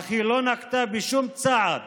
אך היא לא נקטה שום צעד